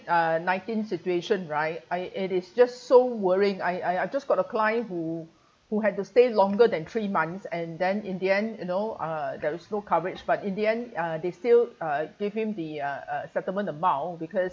uh nineteen situation right I it is just so worrying I I just got a client who who had to stay longer than three months and then in the end you know uh there is no coverage but in the end uh they still uh give him the uh a settlement amount because